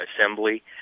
assembly